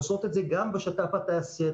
עושות את זה גם בשת"פ התעשייתי.